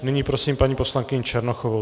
Nyní prosím paní poslankyni Černochovou.